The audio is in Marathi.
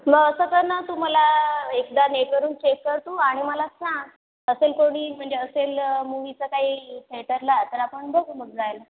म असं कर ना तू मला एकदा नेटवरून चेक कर तू आणि मला सांग असेल थोडी म्हणजे असेल मूवीचं काही थेठरला तर मग आपण बघू मग जायला